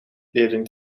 leerden